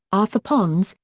arthur pons,